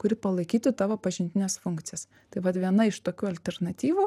kuri palaikytų tavo pažintines funkcijas tai vat viena iš tokių alternatyvų